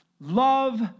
love